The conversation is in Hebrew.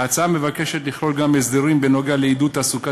ההצעה מבקשת לכלול גם הסדרים בנוגע לעידוד תעסוקת